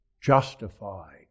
justified